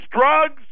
drugs